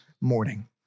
morning